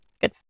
Good